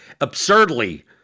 absurdly